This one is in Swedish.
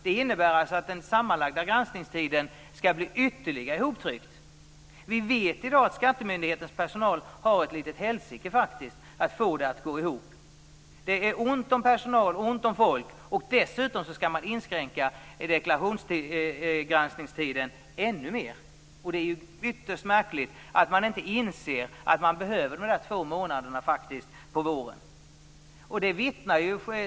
Det innebär alltså att den sammanlagda granskningstiden skall bli ytterligare koncentrerad. Vi vet i dag att skattemyndighetens personal har ett helsike att få det att gå ihop. Det är ont om folk, och dessutom skall deklarationsgranskningstiden inskränkas ännu mer. Det är ytterst märkligt att man inte inser att skattemyndigheten behöver de två månaderna på våren.